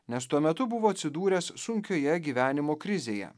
nes tuo metu buvo atsidūręs sunkioje gyvenimo krizėje